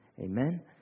Amen